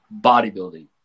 bodybuilding